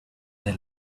they